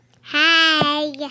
Hi